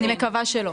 אני מקווה שלא.